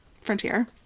Frontier